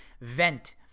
vent